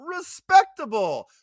Respectable